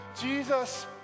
Jesus